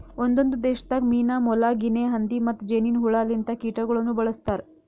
ಒಂದೊಂದು ದೇಶದಾಗ್ ಮೀನಾ, ಮೊಲ, ಗಿನೆ ಹಂದಿ ಮತ್ತ್ ಜೇನಿನ್ ಹುಳ ಲಿಂತ ಕೀಟಗೊಳನು ಬಳ್ಸತಾರ್